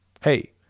Hey